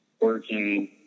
working